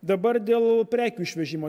dabar dėl prekių išvežimo